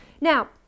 Now